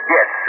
Yes